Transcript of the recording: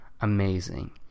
amazing